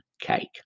cake